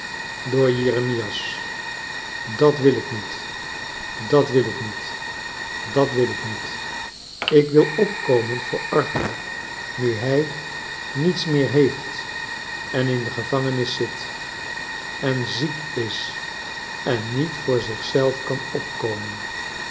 door jeremias dat wil ik niet dat wil ik niet dat wil ik niet ik wil opkomen voor arthur nu hij niets meer heeft en in de gevangenis zit en ziek is en niet voor zich zelf kan opkomen